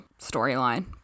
storyline